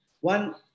One